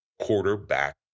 quarterback